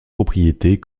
propriétés